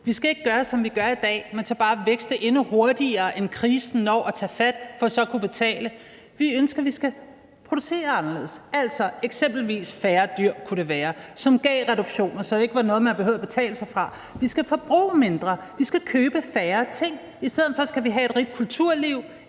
Vi skal ikke gøre, som vi gør i dag og bare vækste endnu hurtigere, end krisen når at tage fat, for så at kunne betale. Vi ønsker, at vi skal producere anderledes, altså det kunne eksempelvis være færre dyr, som gav reduktioner, så det ikke var noget, man behøvede at betale sig fra. Vi skal forbruge mindre, vi skal købe færre ting. I stedet for skal vi have et rigt kulturliv,